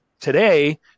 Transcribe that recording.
today